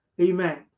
Amen